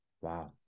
wow